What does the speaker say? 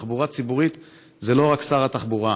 תחבורה ציבורית זה לא רק שר התחבורה,